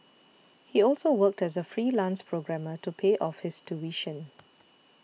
he also worked as a freelance programmer to pay off his tuition